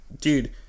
Dude